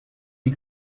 die